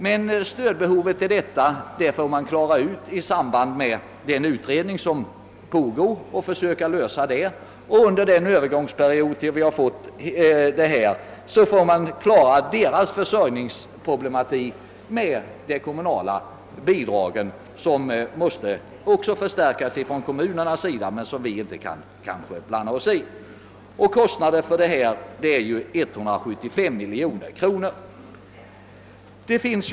Men stödbehovet i dessa fall får klaras av i samband med den pågående utredningen, och under övergångsperioden får deras försörjningsproblem lösas genom de kommunala bidragen som dock måste höjas. Detta kan emellertid inte riksdagen blanda sig i. Kostnaden för det nu diskuterade bidraget uppgår till 175 milj.kr.nor.